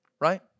right